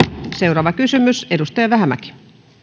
seuraava kysymys edustaja vähämäki